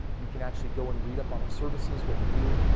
you can actually go and read up on our services what we do.